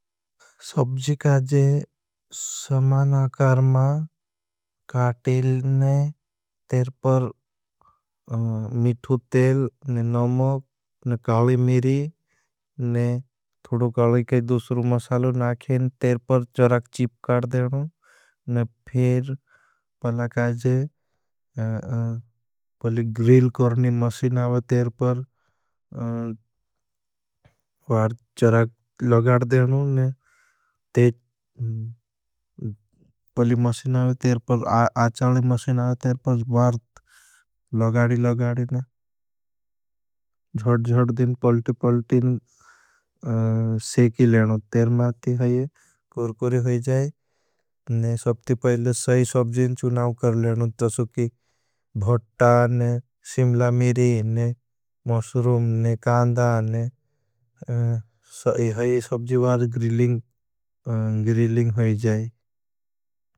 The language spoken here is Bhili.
सबजी काजे समान आकारमा काटेल ने तेर पर मिठु तेल ने नमोग ने काली मिरी ने थुड़ु काली काई दूसरू मसालो नाखे ने तेर पर चरक चीप काड देनू ने फिर पहला काजे पहले ग्रिल करनी मशीन आओ तेर पर बार चरक लगाड देनू ने जट जट देन पल्टी पल्टी ने सेकी लेनू तेर माती है ये कुर्कुरी होई जाए ने सबती पहले सभी सबजी न चुनाव कर लेनू तसकी भुट्टा ने सिमला मिरी ने मसुरूम ने कांदा ने सभी है सबजी वार ग्रिलिंग ग्रिलिंग कर लेनू तसकी भुट्टा ने।